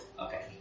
okay